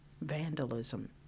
vandalism